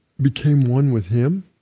became one with him,